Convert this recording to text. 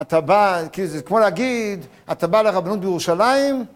אתה בא, כאילו, זה כמו להגיד, אתה בא לרבנות בירושלים...